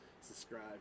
subscribe